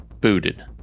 booted